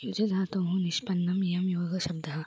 निजधातोः निष्पन्नम् इयं योगः शब्दः